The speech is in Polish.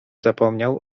zapomniał